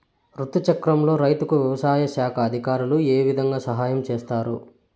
రుతు చక్రంలో రైతుకు వ్యవసాయ శాఖ అధికారులు ఏ విధంగా సహాయం చేస్తారు?